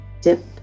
Dip